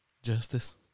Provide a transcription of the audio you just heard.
Justice